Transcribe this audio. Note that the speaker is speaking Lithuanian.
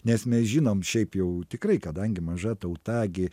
nes mes žinom šiaip jau tikrai kadangi maža tauta gi